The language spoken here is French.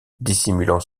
dissimulant